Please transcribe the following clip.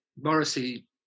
Morrissey